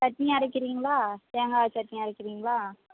சட்னி அரைக்கிறீங்களா தேங்காய் சட்னி அரைக்கிறீங்களா